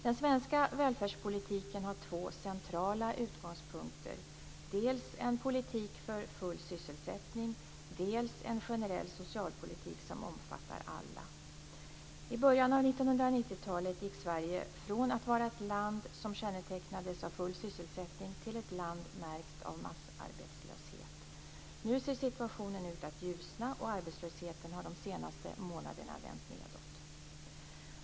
Den svenska välfärdspolitiken har två centrala utgångspunkter - dels en politik för full sysselsättning, dels en generell socialpolitik som omfattar alla. I början av 1990-talet gick Sverige från att vara ett land som kännetecknades av full sysselsättning till ett land märkt av massarbetslöshet. Nu ser situationen ut att ljusna, och arbetslösheten har de senaste månaderna vänt nedåt.